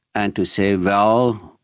and to say, well,